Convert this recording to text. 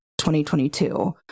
2022